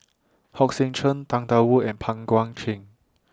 Hong Sek Chern Tang DA Wu and Pang Guek Cheng